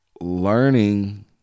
learning